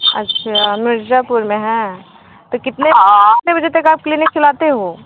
अच्छा मिर्जापुर में है तो कितने कितने बजे तक आप क्लिनिक चलाते हो